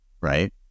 right